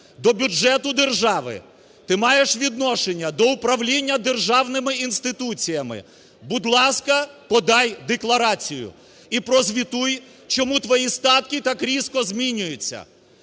до бюджету держави, ти маєш відношення до управління державними інституціями – будь ласка, подай декларацію і прозвітуй, чому твої статки так різко змінюються.